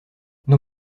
non